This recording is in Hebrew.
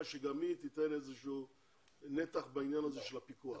שגם היא תיתן איזשהו נתח בעניין הזה של הפיקוח.